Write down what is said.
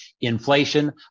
inflation